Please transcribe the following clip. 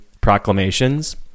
proclamations